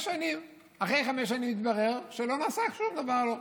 אחרי חמש שנים התברר שלא נעשה שום דבר.